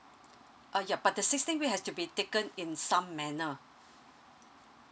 uh ya but the sixteen week has to be taken in some manner